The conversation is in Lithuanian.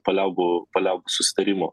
paliaubų paliaubų susitarimo